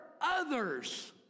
others